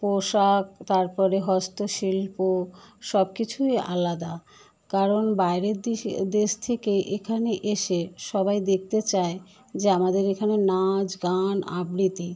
পোশাক তারপরে হস্তশিল্প সব কিছুই আলাদা কারণ বাইরের দেশে দেশ থেকে এখানে এসে সবাই দেখতে চায় যে আমাদের এখানে নাচ গান আবৃত্তি